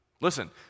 Listen